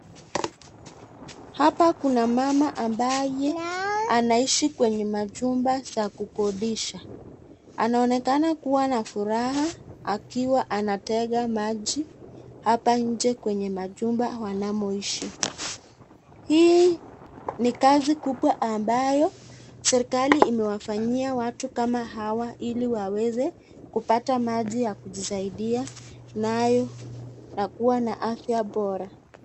Hapa kuna mama ambaye anaishi kwenye majumba ya kukodisha, anaonekana kuwa na furaha akiwa anatega maji hapa nje kwenye machumba wanamoishi. Hii ni kazi kubwa ambayo serikali imewafayia watu kama hawa ili waweze kupata maji ya kujiisaidia nayo na kuwa na afya bora.